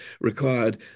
required